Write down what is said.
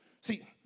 See